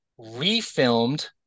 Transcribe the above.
refilmed